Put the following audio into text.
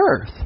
earth